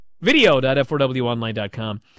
video.f4wonline.com